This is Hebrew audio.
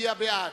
יצביע בעד,